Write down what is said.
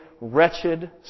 wretched